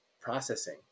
processing